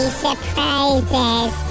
surprises